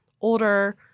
older